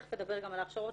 תיכף אדבר גם על ההכשרות,